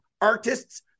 artists